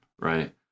right